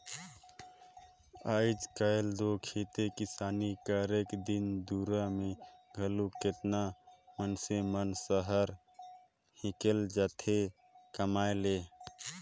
आएज काएल दो खेती किसानी करेक दिन दुरा में घलो केतना मइनसे मन सहर हिंकेल जाथें कमाए ले